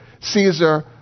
Caesar